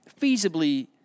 feasibly